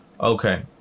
Okay